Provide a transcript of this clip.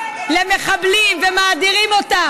למחבלים ומאדירים אותם.